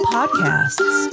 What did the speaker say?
Podcasts